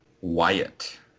Wyatt